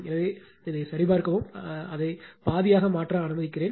எனவே சரிபார்க்கவும் அதை பாதியாக மாற்ற அனுமதிக்கிறேன்